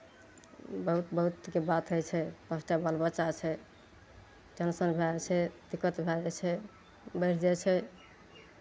बहुत बहुत तरहके बात होइ छै पाँच टा बाल बच्चा छै टेन्शन भए जाइ छै दिक्कत भए जाइ छै बढ़ि जाइ छै